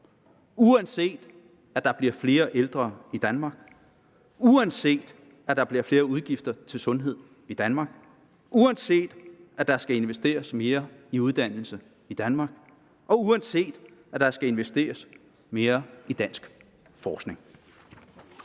uanset at der bliver flere ældre i Danmark, uanset at der bliver flere udgifter til sundhed i Danmark, uanset at der skal investeres mere i uddannelse i Danmark, og uanset at der skal investeres mere i dansk forskning.